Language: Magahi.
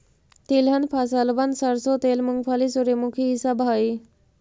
तिलहन फसलबन सरसों तेल, मूंगफली, सूर्यमुखी ई सब हई